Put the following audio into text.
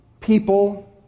people